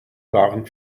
waren